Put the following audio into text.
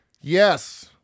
Yes